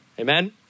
Amen